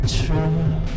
true